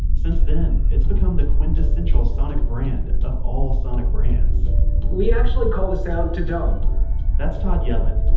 since then, it's become the quintessential sonic brand of all sonic brands we actually call the sound ta-dum that's todd yellin.